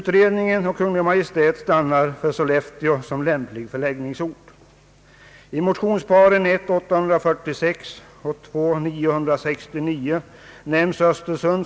Kommittén och Kungl. Maj:t stannar för Sollefteå som lämplig förläggningsort.